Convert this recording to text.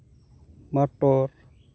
motor